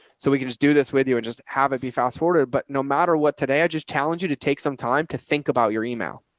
so we can just do this with you and just have it be fast forwarded, but no matter what today, i just challenge you to take some time to think about your email.